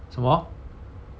什么